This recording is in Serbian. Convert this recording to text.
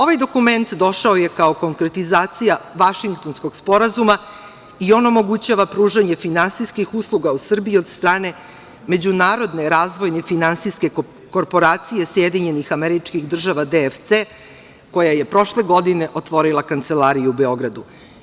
Ovaj dokument došao je kao konkretizacija Vašingtonskog sporazuma i on omogućava pružanje finansijskih usluga u Srbiji od strane međunarodne razvojne finansijske korporacije SAD DFC, koja je prošle godine otvorila kancelariju u Beogradu.